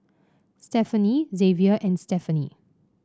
Stephenie Xavier and Stephenie